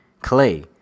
clay